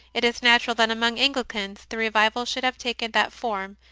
it is natural that among anglicans the revival should have taken that form,